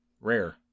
Rare